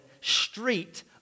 street